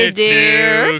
dear